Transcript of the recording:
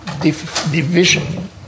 division